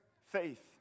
faith